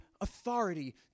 authority